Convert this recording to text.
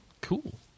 cool